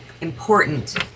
important